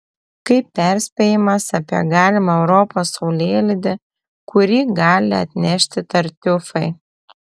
kaip perspėjimas apie galimą europos saulėlydį kurį gali atnešti tartiufai